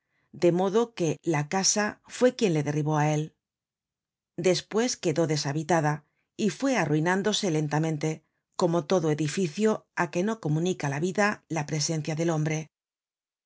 de modo que la casa fue quien le derribó á él despues quedó deshabitada y fue arruinándose lentamente como todo edificio á que no comunica la vida la presencia del hombre